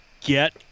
get